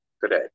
Today